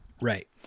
Right